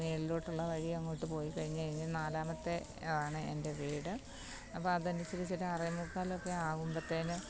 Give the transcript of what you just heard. മേളിലോട്ടുള്ള വഴി അങ്ങോട്ട് പോയിക്കഴിഞ്ഞു കഴിഞ്ഞ് നാലാമത്തെയാണ് എൻ്റെ വീട് അപ്പോൾ അത് അനുസരിച്ചിട്ട് ആറേ മുക്കാലൊക്കെ ആവുമ്പത്തേക്കും